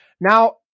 now